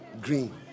green